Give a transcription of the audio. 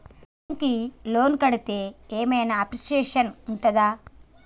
Time కి loan కడ్తే ఏం ఐనా అప్రిషియేషన్ ఉంటదా?